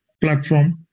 platform